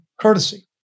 courtesy